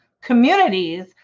communities